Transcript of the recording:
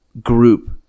group